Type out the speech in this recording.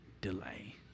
delay